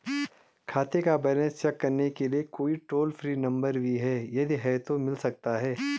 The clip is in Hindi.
खाते का बैलेंस चेक करने के लिए कोई टॉल फ्री नम्बर भी है यदि हाँ तो मिल सकता है?